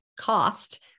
cost